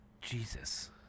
Jesus